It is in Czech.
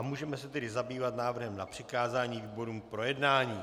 Můžeme se tedy zabývat návrhem na přikázání výborům k projednání.